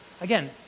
Again